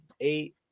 eight